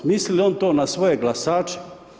Misli li on to na svoje glasače?